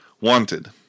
wanted